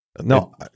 No